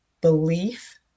belief